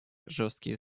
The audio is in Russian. жесткие